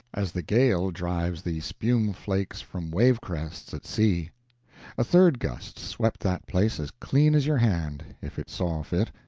as the gale drives the spume flakes from wave-crests at sea a third gust swept that place as clean as your hand, if it saw fit.